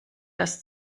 das